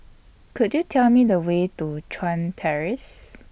Could YOU Tell Me The Way to Chuan Terrace